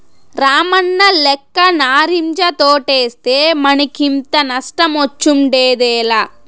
రామన్నలెక్క నారింజ తోటేస్తే మనకింత నష్టమొచ్చుండేదేలా